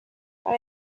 para